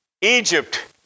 Egypt